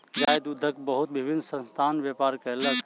गाय दूधक बहुत विभिन्न संस्थान व्यापार कयलक